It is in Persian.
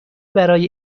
برای